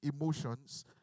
emotions